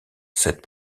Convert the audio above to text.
cette